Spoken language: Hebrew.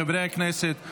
חברי הכנסת.